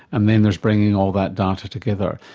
and then there's bringing all that data together.